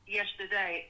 yesterday